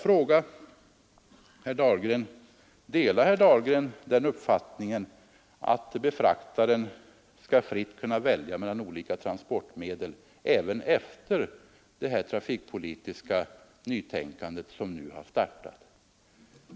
Delar herr Dahlgren den uppfattningen att befraktaren skall fritt kunna välja mellan olika transportmedel även efter det trafikpolitiska nytänkande som nu har inletts?